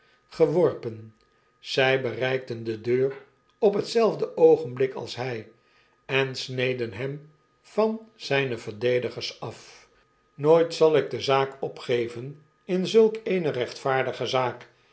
geworpen zij bereikten de deur op hetzelfde oogenblik als hij ensneden hem van zijne verdedigers af nooit zal ik den stryd opgeven in zulk eene rechtvaardige zaakl